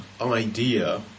idea